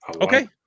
Okay